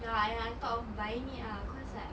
ya and I thought of buying it ah cause like